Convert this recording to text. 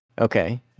Okay